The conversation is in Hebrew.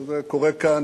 אבל זה קורה כאן,